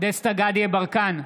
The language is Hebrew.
דסטה גדי יברקן,